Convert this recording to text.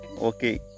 Okay